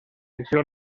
secció